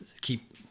keep